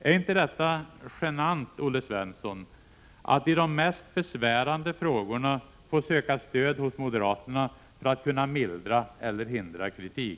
Är det inte genant, Olle Svensson, att i de mest besvärande frågorna behöva söka stöd hos moderaterna för att kunna mildra eller hindra kritik?